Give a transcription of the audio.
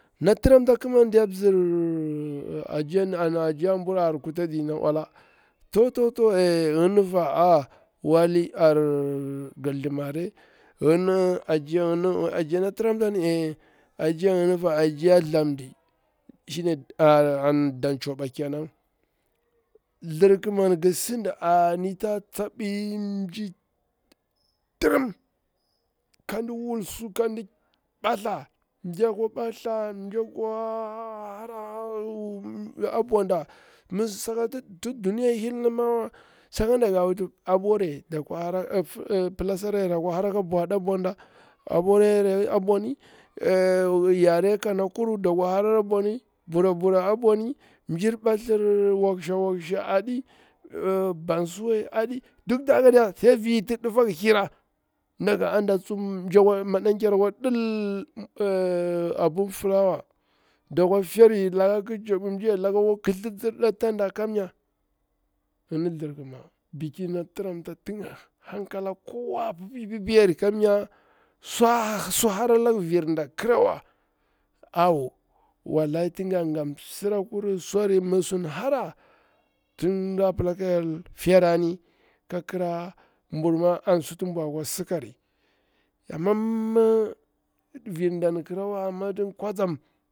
Na tiramta a kiman diya mzir an ajiya buru a kuta di na ola toto gini fa wai ar haldimare, ajiya na tiramtari gini fa ajiya thlamndi an danchabo kenan. Thlirkiman ngi sidi ari tsa tsabi nji tirim, kan wul su, kan batha mja kwa wulsu, mja kwa batha mjikwa hara hara a bwada, mi sakati duniya hilri mawa sakaɗa pilasar uare dakwa hara ka bwaɗa a bwada, a bore yare a boni, yore kanakuru da kwa harari a bwani, bura bura a bwani, bathlir waksha waksha aɗi, ey bansuwe aɗi, duk da haka diya sai viti ɗifa gi hira, ana tsuwa ma ɗan kar a kwa dil rey abun filawa, laka ki njab wui, madan ker yara laka akwa kithlitsi aboni gini thlirkima bikina tiralm ta hankala kowa pipipiyari kamya vir ginda sun hara laka kirawa awo, wallahi tinga snsira kuru swari virda kira wa, mi su hara tig da pila ka hyel firari kamnya bur ma an suti bwar kwa sikari, amma ni bindan kriwa madum,